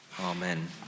Amen